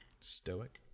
Stoic